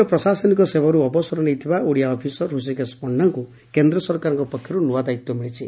ଭାରତୀୟ ପ୍ରଶାସନିକ ସେବାରୁ ଅବସର ନେଇଥିବା ଓଡିଆ ଅଫିସର ହୃଷୀକେଶ ପଣ୍ଢାଙ୍କୁ କେନ୍ଦ୍ର ସରକାରଙ୍କ ପକ୍ଷରୁ ନୂଆ ଦାୟିତ୍ୱ ମିଳିଛି